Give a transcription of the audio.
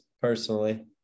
personally